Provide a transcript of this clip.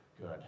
good